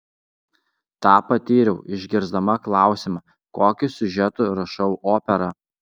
tą patyriau išgirsdama klausimą kokiu siužetu rašau operą